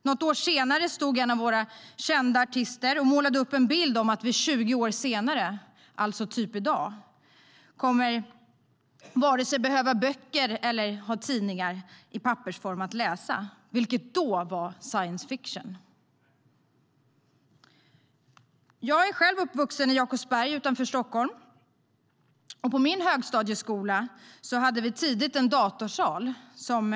Något år senare stod en av våra kända artister och målade upp en bild av att vi 20 år senare, alltså i dag, inte kommer att behöva vare sig böcker eller tidningar i pappersform, vilket då var science fiction. Jag är uppvuxen i Jakobsberg utanför Stockholm, och på min högstadieskola hade vi tidigt en datorsal.